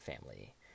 family